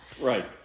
Right